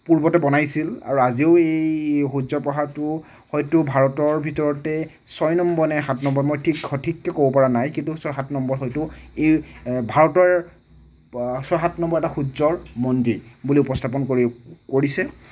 পূৰ্বতে বনাইছিল আৰু আজিও এই সূৰ্য্য় পাহাৰটোও হয়টো ভাৰতৰ ভিতৰতে ছয় নম্বৰ নে সাত নম্বৰ মই ঠিক সঠিককৈ ক'বপৰা নাই কিন্তু ছয় সাত নম্বৰ হয়তো এই ভাৰতৰ ছয় সাত নম্বৰ এটা সূৰ্য্য়ৰ মন্দিৰ বুলি উপস্থাপন কৰি কৰিছে